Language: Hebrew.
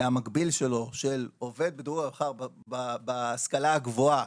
המקביל שלו של עובד בדירוג המחקר בהשכלה הגבוהה,